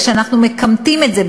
כשאנחנו מכמתים את זה,